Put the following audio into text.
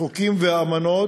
החוקים והאמנות,